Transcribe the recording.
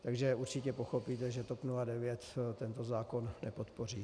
Takže určitě pochopíte, že TOP 09 tento zákon nepodpoří.